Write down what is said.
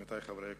עמיתי חברי הכנסת,